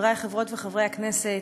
חברי חברות וחברי הכנסת,